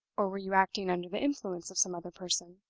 or were you acting under the influence of some other person?